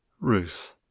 Ruth